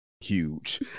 huge